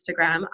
Instagram